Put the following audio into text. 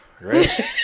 right